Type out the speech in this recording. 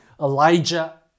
Elijah